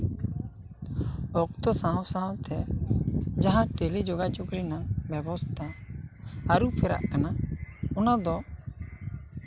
ᱚᱠᱛᱚ ᱥᱟᱶ ᱥᱟᱶᱛᱮ ᱡᱟᱦᱟᱸ ᱴᱮᱞᱤ ᱡᱳᱜᱟᱡᱳᱜᱽ ᱨᱮᱱᱟᱜ ᱵᱮᱵᱚᱥᱛᱷᱟ ᱟᱹᱨᱩ ᱯᱷᱮᱨᱟᱜ ᱠᱟᱱᱟ ᱚᱱᱟ ᱫᱚ